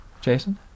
Jason